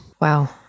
Wow